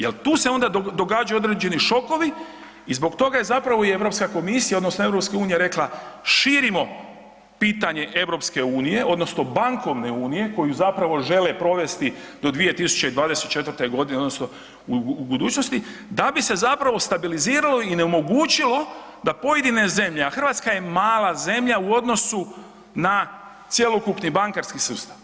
Jel tu se onda događaju određeni šokovi i zbog toga je i Europska komisija odnosno EU rekla širimo pitanje EU odnosno bankovne unije koju zapravo žele provesti do 2024. godine odnosno u budućnosti da bi se stabiliziralo i onemogućilo da pojedine zemlje, a Hrvatska je mala zemlja u odnosu na cjelokupni bankarski sustav.